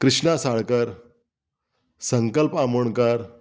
Krishna Salkar Sankalp Amonkar